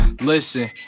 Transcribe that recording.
Listen